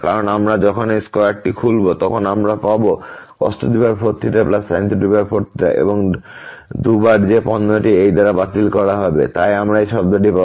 কারণ আমরা যখন এই স্কয়ারটি খুলব তখন আমরা পাব cos4 sin4 এবং 2 বার যে পণ্যটি এটি এই দ্বারা বাতিল করা হবে তাই আমরা এই শব্দটি পাব